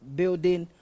building